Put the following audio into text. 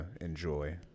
enjoy